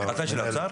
אני אומר,